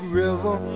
river